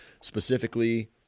specifically